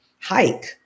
hike